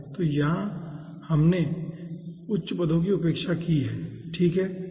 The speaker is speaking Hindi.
तो हमने यहाँ पर उच्च पदों की उपेक्षा की है ठीक है